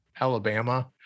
Alabama